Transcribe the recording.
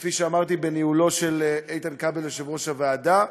כפי שאמרתי, בניהולו של איתן כבל יושב-ראש הוועדה.